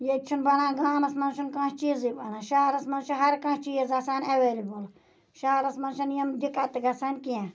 ییٚتہِ چھُنہٕ بَنان گامَس مَنٛز چھُنہٕ کانٛہہ چیزی بَنان شَہرَس مَنٛز چھُ ہَر کانٚہہ چیٖز آسان اَویلیبل شَہرَس مَنٛز چھَن یِم دِکَت گَژھان کینٛہہ